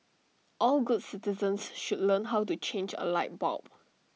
all good citizens should learn how to change A light bulb